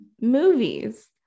movies